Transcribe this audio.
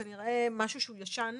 זה כנראה משהו ישן.